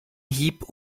hieb